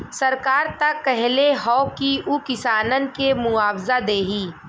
सरकार त कहले हौ की उ किसानन के मुआवजा देही